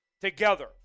together